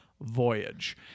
voyage